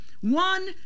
one